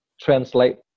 translate